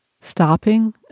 Stopping